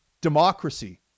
democracy